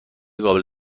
قابل